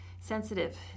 sensitive